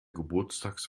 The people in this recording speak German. geburtstags